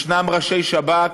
ישנם ראשי שב"כ,